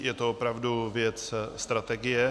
Je to opravdu věc strategie.